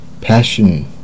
passion